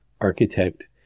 architect